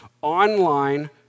online